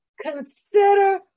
Consider